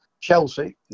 Chelsea